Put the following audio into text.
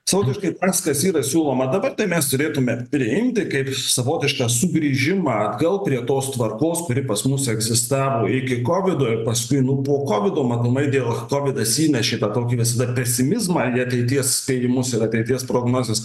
savotiškai tas kas yra siūloma dabar tai mes turėtume priimti kaip savotišką sugrįžimą atgal prie tos tvarkos kuri pas mus egzistavo iki kovido paskui nu po kovido matomai dėl kovidas įnešė tą kokį visada pesimizmą į ateities spėjimus ir ateities prognozes